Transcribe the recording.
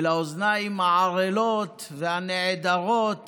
אל האוזניים הערלות והנעדרות